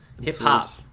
Hip-hop